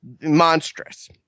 monstrous